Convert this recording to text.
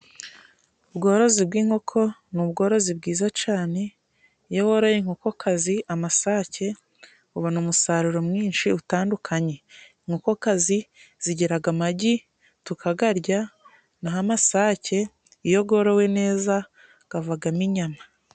Ubworozi bw'inkoko ni ubworozi bwiza cane iyo woroye inkokokazi, amasake ubona umusaruro mwinshi utandukanye. Inkoko kazi zigiraga amagi, tukagarya naho amasake, iyogorowe neza gavagamo inyama.